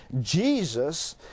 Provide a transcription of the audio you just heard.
Jesus